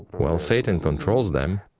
well, satan controls them.